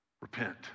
repent